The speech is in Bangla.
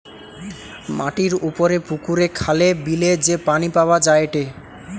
মাটির উপরে পুকুরে, খালে, বিলে যে পানি পাওয়া যায়টে